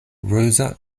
rosa